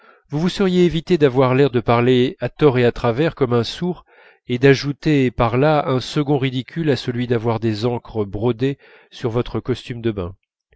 vous vous seriez évité d'avoir l'air de parler à tort et à travers comme un sourd et d'ajouter par là un second ridicule à celui d'avoir des ancres brodées sur votre costume de bain